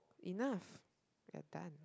enough we are done